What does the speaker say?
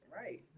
Right